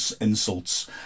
insults